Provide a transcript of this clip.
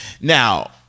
Now